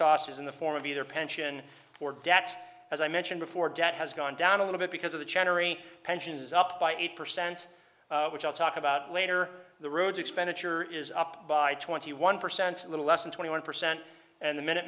is in the form of either pension or debt as i mentioned before debt has gone down a little bit because of the chattering pension is up by eight percent which i'll talk about later the roads expenditure is up by twenty one percent a little less than twenty one percent and the minute